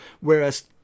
Whereas